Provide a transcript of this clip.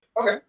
Okay